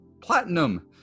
platinum